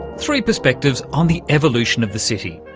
three perspectives on the evolution of the city.